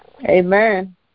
Amen